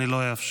אני לא אאפשר.